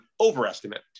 overestimate